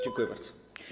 Dziękuję bardzo.